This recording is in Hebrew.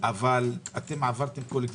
אבל עברתם כל גבול.